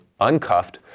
uncuffed